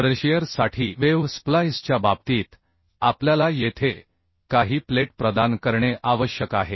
तरशिअर साठी वेव्ह स्प्लाइसच्या बाबतीत आपल्याला येथे काही प्लेट प्रदान करणे आवश्यक आहे